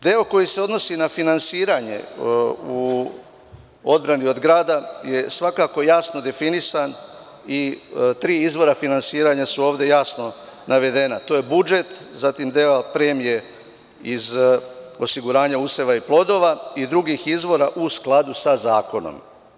Deo koji se odnosi na finansiranje u odbrani od grada je svakako jasno definisan i tri izvora finansiranja su ovde jasno navedena To su: budžet, zatim deo premije iz osiguranja useva i plodova i drugih izvora u skladu sa zakonom.